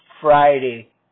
friday